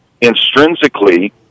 intrinsically